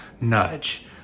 nudge